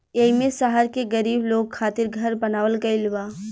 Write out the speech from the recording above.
एईमे शहर के गरीब लोग खातिर घर बनावल गइल बा